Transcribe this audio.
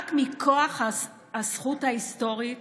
רק מכוח הזכות ההיסטורית